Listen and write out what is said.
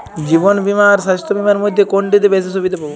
জীবন বীমা আর স্বাস্থ্য বীমার মধ্যে কোনটিতে বেশী সুবিধে পাব?